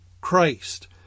Christ